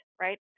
right